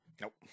Nope